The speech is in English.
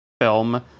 film